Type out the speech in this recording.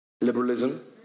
liberalism